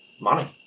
Money